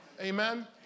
Amen